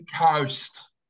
Coast